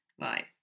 Right